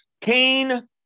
cain